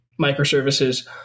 microservices